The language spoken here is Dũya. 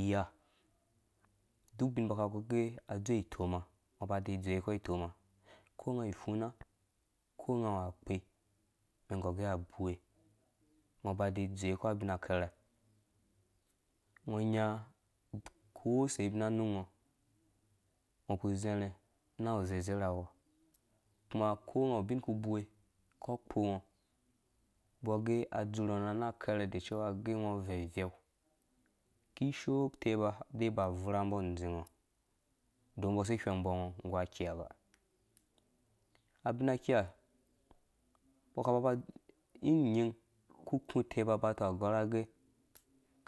Iya duk ubin mbɔ ka gor gɛ azowɛ itoma ngɔ ba de dzowe kɔ itoma ko nga awu ifuna konga wu akpe mɛn gɔr gɛ abiwe ba de dzowe kɔ abina karheha ngɔ nya kosebina nungo ngɔ ku zarhã nawu zezerhawɔ kuma ko nge awu bin ku biwe kpɔ ngɔ mbɔ ggɛ a dzur ngɔ na nang akerhede cewa ge ngɔ veu iveu kishoo uteba ade dze ba bvura mbɔ udzing ngɔ dodon mbɔ si whengbɔ ungɔ nggu a viha abina kiha mbɔ ka ba ba in nyin ku ku teba boba tong a gɔrha agɛ